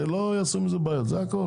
שלא יעשו מזה בעיות זה הכל,